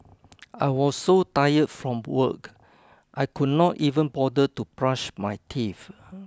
I was so tired from work I could not even bother to brush my teeth